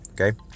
okay